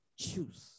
choose